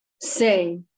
Say